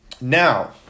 Now